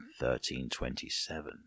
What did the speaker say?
1327